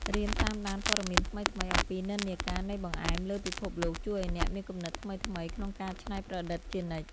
រៀនតាមដានព័ត៌មានថ្មីៗអំពីនិន្នាការនៃបង្អែមលើពិភពលោកជួយឱ្យអ្នកមានគំនិតថ្មីៗក្នុងការច្នៃប្រឌិតជានិច្ច។